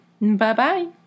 Bye-bye